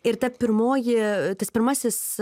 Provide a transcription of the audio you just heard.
ir ta pirmoji tas pirmasis